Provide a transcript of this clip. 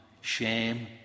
shame